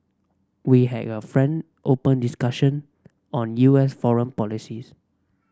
we had a frank open discussion on U S foreign policies